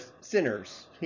sinners